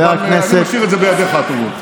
אבל אני משאיר את זה בידיך הטובות.